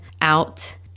out